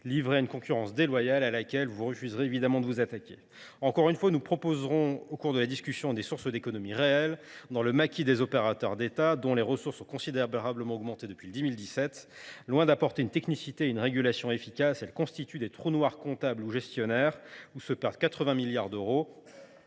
livré à une concurrence déloyale, à laquelle vous refuserez évidemment de vous attaquer. Encore une fois, nous proposerons au cours de la discussion des sources d’économies réelles dans le maquis des opérateurs d’État, dont les ressources ont considérablement augmenté depuis 2017. Loin d’apporter une technicité et une régulation efficaces, les agences et autorités publiques sont des trous noirs comptables et gestionnaires, où se perdent 80 milliards d’euros.